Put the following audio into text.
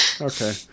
Okay